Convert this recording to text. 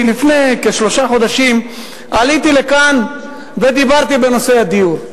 כי לפני שלושה חודשים עליתי לכאן ודיברתי בנושא הדיור.